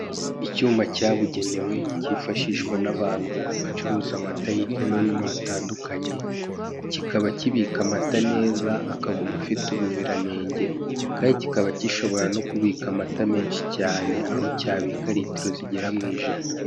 Icyuma cyabugenewe kifashishwa n'abantu bacuruza amata hirya no hino hatandukanye, kikaba kibika amata neza akaguma afite ubuziranenge kandi kikaba gishobora no kubika amata menshi cyane aho cyabika ritiro zigera mu ijana.